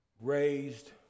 raised